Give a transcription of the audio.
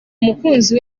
umukunzi